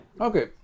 Okay